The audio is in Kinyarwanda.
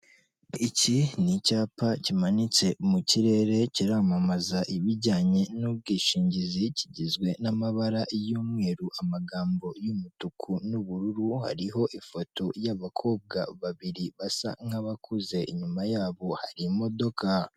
Iki ni icyapa kimanitse mu kirere kiramamaza ibijyanye n'ubwishingizi, kigizwe n'amabara y'umweru, amagambo y'umutuku n'ubururu, hariho ifoto y'abakobwa babiri basa nk'abakuze inyuma yabo hari imodoka.